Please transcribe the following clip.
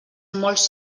molts